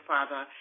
Father